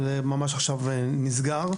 זה ממש עכשיו נסגר,